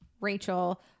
Rachel